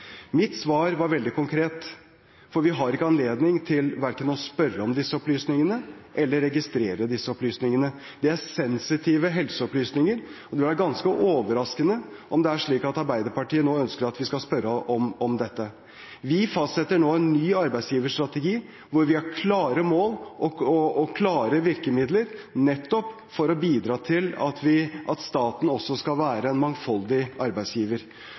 Mitt svar var veldig konkret, for vi har ikke anledning til verken å spørre om disse opplysningene eller registrere disse opplysningene. Det er sensitive helseopplysninger, og det vil være ganske overraskende om det er slik at Arbeiderpartiet nå ønsker at vi skal spørre om dette. Vi fastsetter nå en ny arbeidsgiverstrategi, hvor vi har klare mål og klare virkemidler for nettopp å bidra til at staten også skal være en mangfoldig arbeidsgiver.